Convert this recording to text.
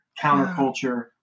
counterculture